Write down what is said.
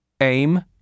AIM